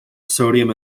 sodium